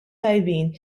tajbin